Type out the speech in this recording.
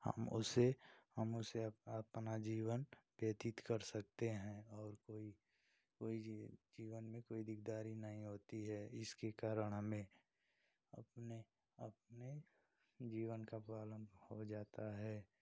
हम उसे हम उसे अपना जीवन व्यतीत कर सकते हैं और कोई कोई जीवन में कोई दिकदारी नहीं होती है इसके कारण हमें अपने अपने जीवन का पालन हो जाता है